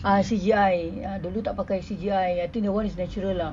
ah C_G_I ah dulu tak pakai C_G_I I think that [one] is natural lah